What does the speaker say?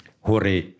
Hore